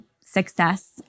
success